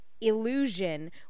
illusion